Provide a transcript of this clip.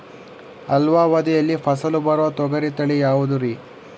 ಅಲ್ಪಾವಧಿಯಲ್ಲಿ ಫಸಲು ಬರುವ ತೊಗರಿ ತಳಿ ಯಾವುದುರಿ?